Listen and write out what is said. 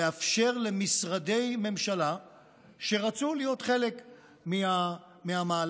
לאפשר למשרדי ממשלה שרצו להיות חלק מהמהלך,